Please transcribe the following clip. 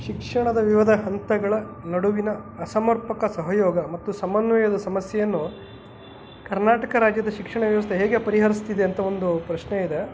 ಶಿಕ್ಷಣದ ವಿವಿಧ ಹಂತಗಳ ನಡುವಿನ ಅಸಮರ್ಪಕ ಸಹಯೋಗ ಮತ್ತು ಸಮನ್ವಯದ ಸಮಸ್ಯೆಯನ್ನು ಕರ್ನಾಟಕ ರಾಜ್ಯದ ಶಿಕ್ಷಣ ವ್ಯವಸ್ಥೆ ಹೇಗೆ ಪರಿಹರಿಸ್ತಿದೆ ಅಂತ ಒಂದು ಪ್ರಶ್ನೆಯಿದೆ